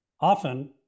often